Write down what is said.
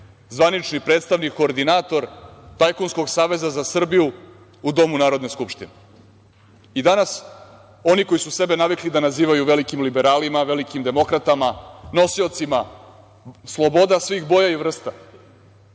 zvanični predstavnik, koordinator tajkunskog saveza za Srbiju u domu Narodne skupštine.I danas oni koji su sebe navikli da nazivaju velikim liberalima, velikim demokratama, nosiocima sloboda svih boja i vrsta,